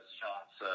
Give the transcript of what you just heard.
shots